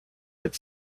had